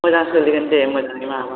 मोजां सोलिगोन दे मोजाङै माबानो